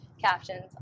captions